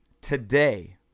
today